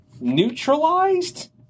neutralized